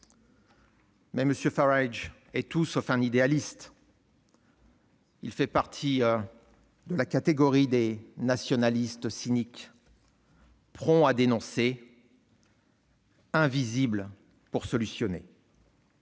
Mais M. Farage est tout sauf un idéaliste. Il fait partie de la catégorie des nationalistes cyniques : prompt à dénoncer, invisible pour proposer